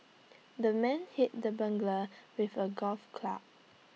the man hit the burglar with A golf club